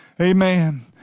Amen